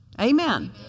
Amen